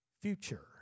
future